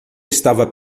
estava